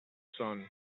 son